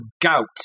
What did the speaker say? gout